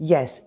Yes